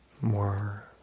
more